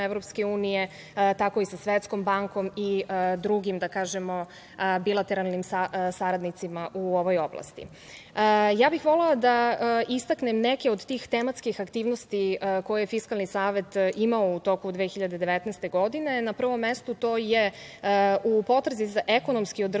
EU, tako i sa Svetskom bankom i drugim bilateralnim saradnicima u ovoj oblasti. Ja bih volela da istaknem neke od tih tematskih aktivnosti koje je Fiskalni savet imao u toku 2019. godine. Na prvom mestu to je u potrazi za ekonomski održivom